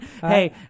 Hey